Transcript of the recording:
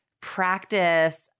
practice